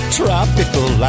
tropical